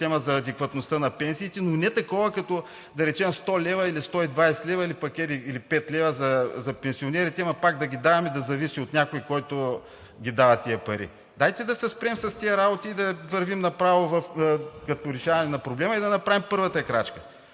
за адекватността на пенсиите, но не такова, като да речем 100 лв. или 120 лв., или пет лева за пенсионерите, ама пак да ги даваме, да зависи от някой, който ги дава тези пари. Дайте да се спрем с тези работи и да вървим направо като решаване на проблема и да направим първата крачка.